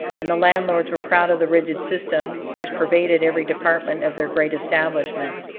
and the landlords were proud of the rigid system which pervaded every department of their great establishment.